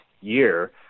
year